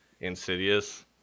insidious